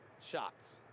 shots